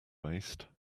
waste